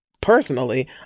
personally